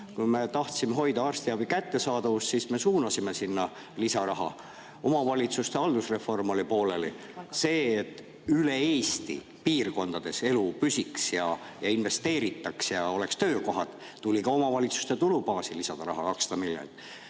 Kui me tahtsime hoida arstiabi kättesaadavust, siis me suunasime sinna lisaraha. Omavalitsuste haldusreform oli pooleli. Selleks, et üle Eesti piirkondades elu püsiks ja investeeritaks ja oleks töökohad, tuli ka omavalitsuste tulubaasi lisada raha 200 miljonit.